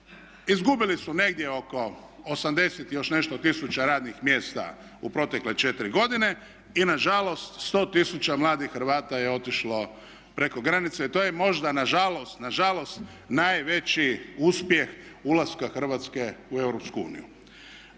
izgubili su negdje oko 80 i još nešto tisuća radnih mjesta u protekle 4 godine i nažalost 100 tisuća mladih Hrvata je otišlo preko granice. To je možda nažalost najveći uspjeh ulaska Hrvatske u EU.